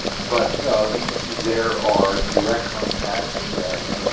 but there are direct contacts that